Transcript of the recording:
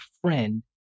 friend